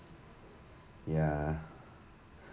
ya